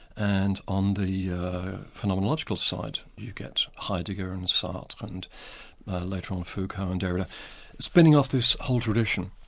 and on the phenomenological side you get heidegger and sartre and later on foucault and derrida spinning off this whole tradition,